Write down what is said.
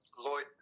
Lloyd